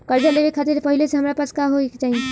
कर्जा लेवे खातिर पहिले से हमरा पास का होए के चाही?